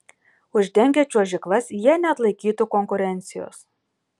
uždengę čiuožyklas jie neatlaikytų konkurencijos